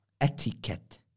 etiquette